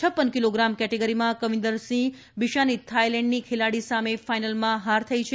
પહ kilogram કેટેગરીમાં કવિન્દરસિંહ બિશાની થાઇલેન્ડની ખેલાડી સામે ફાઇનલમાં હાર થઇ છે